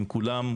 עם כולם,